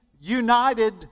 united